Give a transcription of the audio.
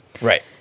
Right